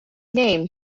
name